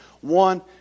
one